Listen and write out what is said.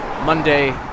Monday